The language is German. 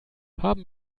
haben